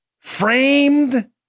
Framed